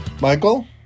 Michael